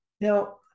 Now